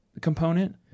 component